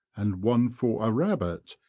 and one for a rabbit,